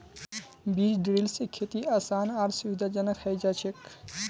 बीज ड्रिल स खेती आसान आर सुविधाजनक हैं जाछेक